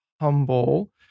humble